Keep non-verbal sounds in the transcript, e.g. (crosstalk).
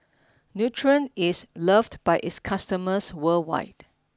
(noise) Nutren is loved by its customers worldwide